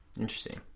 Interesting